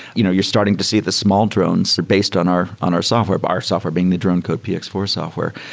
you know you're starting to see the small drones based on our on our software, but our software being the drone code p x four software.